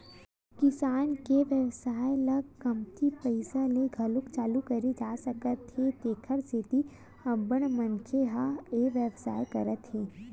किराना के बेवसाय ल कमती पइसा ले घलो चालू करे जा सकत हे तेखर सेती अब्बड़ मनखे ह ए बेवसाय करत हे